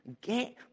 get